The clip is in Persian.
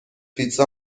پیتزا